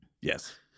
Yes